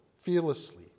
fearlessly